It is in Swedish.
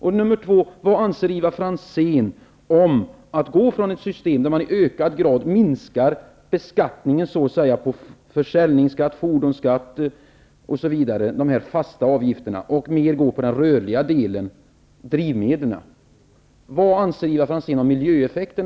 Vad anser Ivar Franzén om miljöeffekterna av att man går från ett system där man i ökad grad minskar beskattningen, t.ex. försäljningsskatt och fordonsskatt, dvs. de fasta avgifterna, och går mer in på den rörliga delen, dvs. drivmedlen?